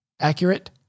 accurate